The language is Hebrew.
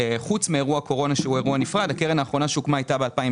חוץ מאירוע הקורונה שהוא אירוע נפרד, הייתה ב-2016